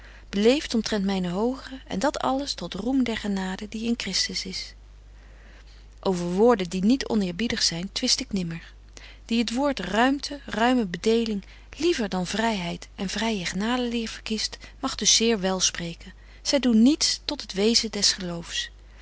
beleeft omtrent myne hogeren en dat alles tot roem der genade die in christus is over woorden die niet onëerbiedig zyn twist ik nimmer die het woord ruimte ruime bedeling liever dan vryheid en vryë genadeleer verkiest mag dus zeer wel spreken zy doen niets tot het wezen des geloofs